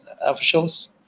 officials